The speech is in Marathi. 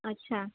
अच्छा